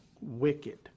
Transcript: wicked